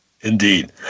Indeed